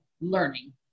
learning